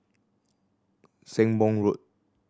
Sembong Road